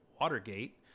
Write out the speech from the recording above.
Watergate